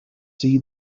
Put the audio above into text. see